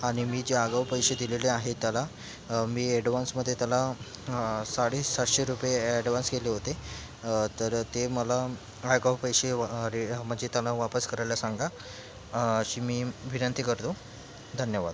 आणि मी जे आगाऊ पैसे दिलेले आहेत त्याला मी ॲडवान्समध्ये त्याला साडे सातशे रुपये ॲडवान्स केले होते तर ते मला आगाऊ पैसे रे म्हणजे त्याला वापस करायला सांगा अशी मी विनंती करतो धन्यवाद